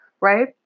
right